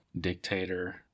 dictator